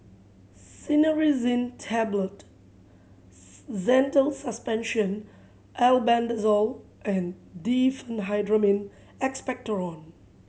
Cinnarizine Tablet Zental Suspension Albendazole and Diphenhydramine Expectorant